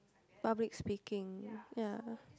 public speaking ya